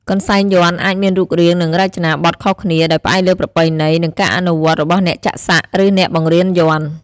កន្សែងយ័ន្តអាចមានរូបរាងនិងរចនាប័ទ្មខុសគ្នា ដោយផ្អែកលើប្រពៃណី និងការអនុវត្តន៍របស់អ្នកចាក់សាក់ ឬអ្នកបង្រៀនយ័ន្ត។